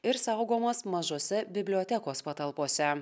ir saugomas mažose bibliotekos patalpose